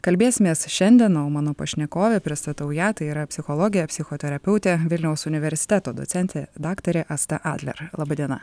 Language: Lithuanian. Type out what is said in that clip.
kalbėsimės šiandien na o mano pašnekovė pristatau ją tai yra psichologė psichoterapeutė vilniaus universiteto docentė daktarė asta adler laba diena